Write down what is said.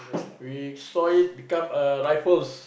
we saw it become a rifles